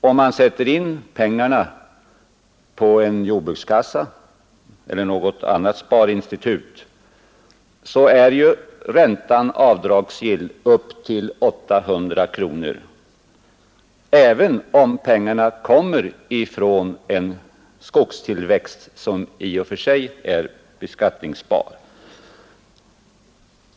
Om man sätter in pengar i en jordbrukskassa eller i något annat kreditinstitut, är ju räntan avdragsgill upp till 800 kronor, även om pengarna kommer från en skogstillväxt, som i och för sig är beskattningsbar.